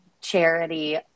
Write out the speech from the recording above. Charity